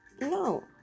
No